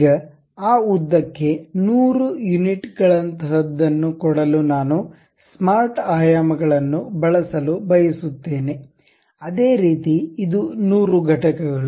ಈಗ ಆ ಉದ್ದಕ್ಕೆ 100 ಯುನಿಟ್ಗಳಂತಹದನ್ನು ಕೊಡಲು ನಾನು ಸ್ಮಾರ್ಟ್ ಆಯಾಮ ಗಳನ್ನು ಬಳಸಲು ಬಯಸುತ್ತೇನೆ ಅದೇ ರೀತಿ ಇದು 100 ಘಟಕಗಳು